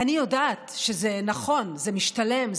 אני יודעת שזה נכון, זה משתלם.